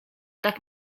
tak